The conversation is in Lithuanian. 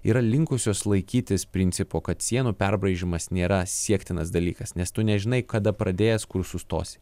yra linkusios laikytis principo kad sienų perbraižymas nėra siektinas dalykas nes tu nežinai kada pradės kur sustosi